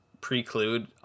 preclude